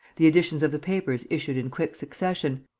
the editions of the papers issued in quick succession,